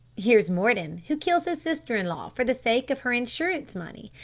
here's morden, who kills his sister-in-law for the sake of her insurance money,